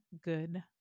good